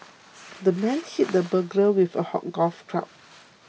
the man hit the burglar with a golf club